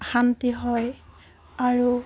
শান্তি হয় আৰু